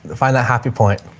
find that happy point.